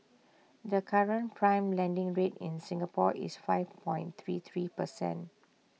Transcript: the current prime lending rate in Singapore is five three three percent